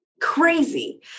crazy